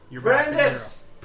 Brandis